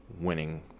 winning